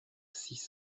six